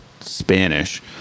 Spanish